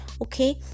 okay